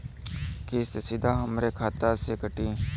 किस्त सीधा हमरे खाता से कटी?